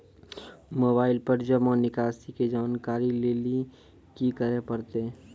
Mobile पर जमा निकासी के जानकरी लेली की करे परतै?